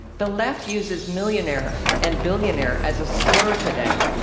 the left uses millionaire and billionaire as a slur today.